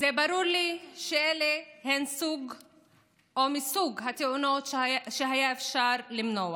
ברור לי שאלה מסוג התאונות שאפשר היה למנוע